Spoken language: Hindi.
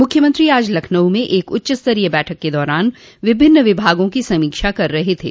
मुख्यमंत्री आज लखनऊ में एक उच्चस्तरीय बैठक के दौरान विभिन्न विभागों की समीक्षा कर रहे थे